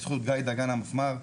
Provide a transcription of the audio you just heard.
בזכות גיא דגן המפמ"ר,